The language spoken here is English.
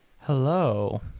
Hello